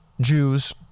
Jews